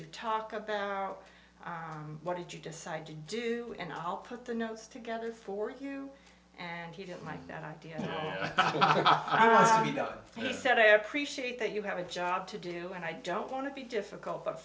you talk about what did you decide to do and i'll put the notes together for you and he didn't like that idea i mean he said i appreciate that you have a job to do and i don't want to be difficult but